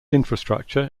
infrastructure